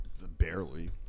Barely